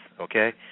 okay